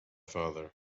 father